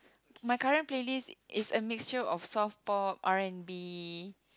my current playlist is a mixture of soft pop R and B